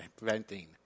preventing